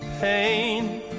pain